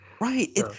Right